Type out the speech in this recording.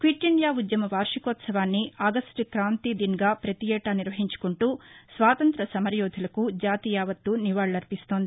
quit India ఉ ద్యమ వార్షికోత్సవాన్ని ఆగస్టు క్రాంతిదిన్గా ప్రతిఏటా నిర్వహించుకొంటూ స్వాతంగ్ర్య సమరయోధులకు జాతియావత్తు నివాళులర్పిస్తోంది